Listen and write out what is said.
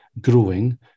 growing